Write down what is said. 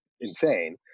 insane